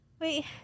wait